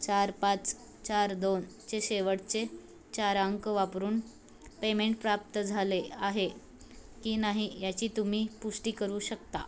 चार पाच चार दोन चे शेवटचे चार अंक वापरून पेमेंट प्राप्त झाले आहे की नाही याची तुम्ही पुष्टी करू शकता